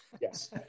yes